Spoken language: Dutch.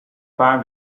paar